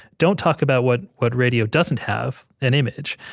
don't talk about what what radio doesn't have, an image,